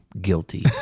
guilty